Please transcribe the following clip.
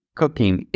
cooking